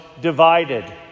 divided